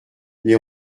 les